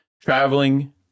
traveling